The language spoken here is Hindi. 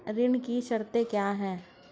ऋण की शर्तें क्या हैं?